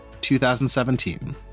2017